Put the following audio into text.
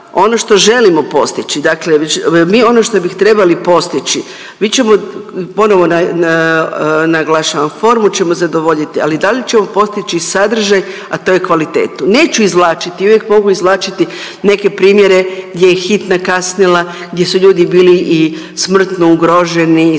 ono što želimo postići, dakle mi ono što bih trebali postići mi ćemo ponovno naglašavam, formu ćemo zadovoljiti, ali da li ćemo postići sadržaj, a to je kvalitetu. Neću izvlačiti i uvijek mogu izvlačiti neke primjere gdje je hitna kasnila, gdje su ljudi bili i smrtno ugroženi i